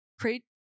create